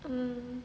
um